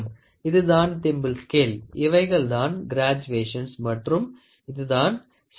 இதுதான் thimble scale இவைகள்தான் graduations மற்றும் இது தான் ஸ்லீவ்